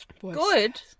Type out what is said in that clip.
Good